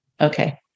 Okay